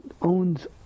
owns